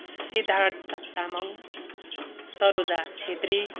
Siddhartha Tamang Saroja Chhetri